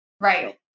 right